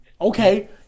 Okay